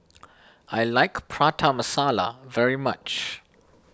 I like Prata Masala very much